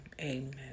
amen